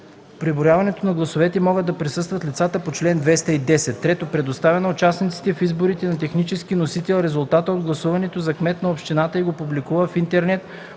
преброяването на гласовете могат да присъстват лицата по чл. 210; 3. предоставя на участниците в изборите на технически носител резултата от гласуването за кмет на общината и го публикува в интернет;